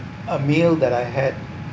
a meal that I had